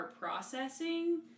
processing